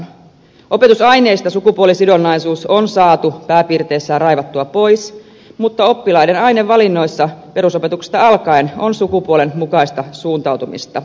opetusaineista sukupuolisidonnaisuus on saatu pääpiirteissään raivattua pois mutta oppilaiden ainevalinnoissa perusopetuksesta alkaen on sukupuolen mukaista suuntautumista